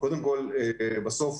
קודם כול, בסוף